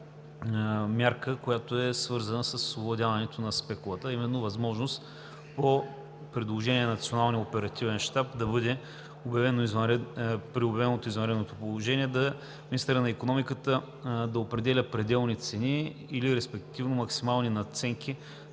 която е свързана с овладяването на спекулата. Именно възможност по предложение на Националния оперативен щаб при обявеното извънредно положение министърът на икономиката да определя пределни цени или респективно максимални надценки